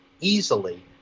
easily